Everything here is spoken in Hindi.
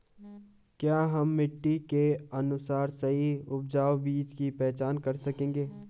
क्या हम मिट्टी के अनुसार सही उपजाऊ बीज की पहचान कर सकेंगे?